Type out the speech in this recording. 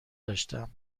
داشتم